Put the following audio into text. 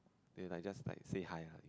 they will like just like say hi lah